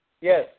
Yes